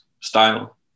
style